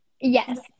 Yes